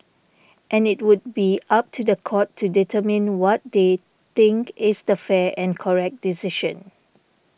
and it would be up to the court to determine what they think is the fair and correct decision